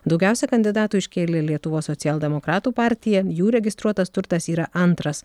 daugiausia kandidatų iškėlė lietuvos socialdemokratų partija jų registruotas turtas yra antras